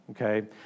okay